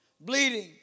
Bleeding